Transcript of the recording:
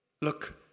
look